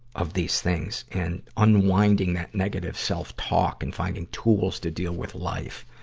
of these things and unwinding that negative self-talk and finding tools to deal with life.